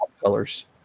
colors